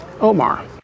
Omar